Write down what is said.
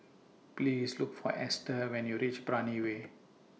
Please Look For Ester when YOU REACH Brani Way